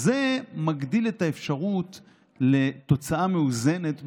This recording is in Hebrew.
אז זה מגדיל את האפשרות לתוצאה מאוזנת,